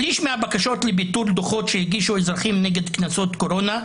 שליש מהבקשות לביטול דוחות שהגישו אזרחים נגד קנסות קורונה,